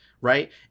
Right